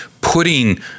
putting